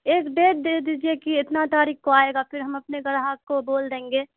ایک ڈیٹ دے دیجیے کہ اتنا تاریخ کو آئے گا پھر ہم اپنے گراہک کو بول دیں گے